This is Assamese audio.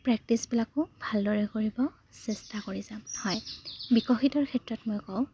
প্ৰেক্টিছবিলাকো ভালদৰে কৰিব চেষ্টা কৰি যাম হয় বিকশিতৰ ক্ষেত্ৰত মই কওঁ